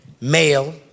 male